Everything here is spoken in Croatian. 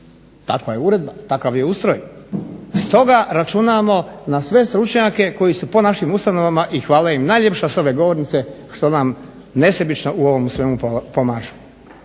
takva je uredba, takav je ustroj. Stoga računamo na sve stručnjake koji su po našim ustanovama i hvala im najljepša s ove govornice što nam nesebično u ovomu svemu pomažu.